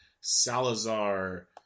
Salazar